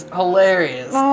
hilarious